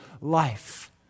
life